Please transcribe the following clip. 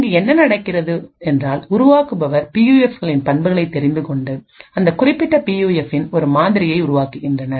இங்கு என்ன நடக்கிறது என்றால்உருவாக்குபவர் பியூஎஃப்களின் பண்புகளை தெரிந்துகொண்டு அந்தக் குறிப்பிட்ட பியூஎஃப்பின் ஒரு மாதிரியை உருவாக்குகின்றனர்